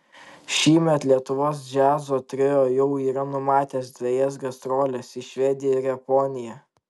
šįmet lietuvos džiazo trio jau yra numatęs dvejas gastroles į švediją ir japoniją